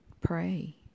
Pray